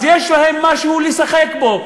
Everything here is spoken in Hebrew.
אז יש להם משהו לשחק בו,